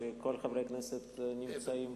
כשכל חברי הכנסת נמצאים.